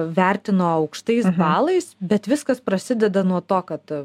vertino aukštais balais bet viskas prasideda nuo to kad